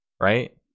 right